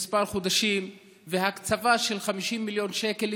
כמה חודשים והקצבה של 50 מיליון שקל